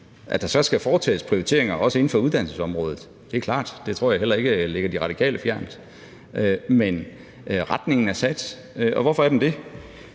At der så skal foretages prioriteringer, også inden for uddannelsesområdet, er klart. Det tror jeg heller ikke ligger De Radikale fjernt. Men retningen er sat, og hvorfor er den det?